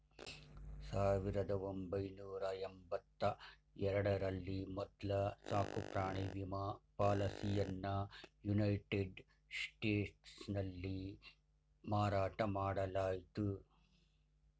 ಸಾವಿರದ ಒಂಬೈನೂರ ಎಂಬತ್ತ ಎರಡ ರಲ್ಲಿ ಮೊದ್ಲ ಸಾಕುಪ್ರಾಣಿ ವಿಮಾ ಪಾಲಿಸಿಯನ್ನಯುನೈಟೆಡ್ ಸ್ಟೇಟ್ಸ್ನಲ್ಲಿ ಮಾರಾಟ ಮಾಡಲಾಯಿತು